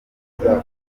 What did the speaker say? bikorwa